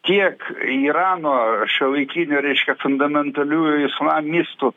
tiek irano šiuolaikinio reiškia fundamentaliųjų islamistų